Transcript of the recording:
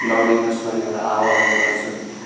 दौडिनुहोस् भन्ने एउटा आह्वान गर्छु